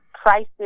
Prices